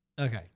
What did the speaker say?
Okay